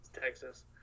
Texas